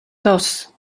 dos